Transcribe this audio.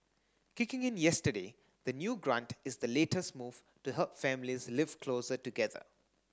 kicking in yesterday the new grant is the latest move to help families live closer together